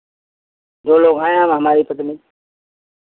दो लोग हैं हम हमारी पत्नी